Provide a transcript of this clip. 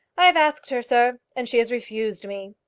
i have asked her, sir, and she has refused me,